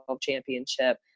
championship